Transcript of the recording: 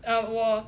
err 我